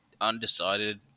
undecided